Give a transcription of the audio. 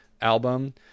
album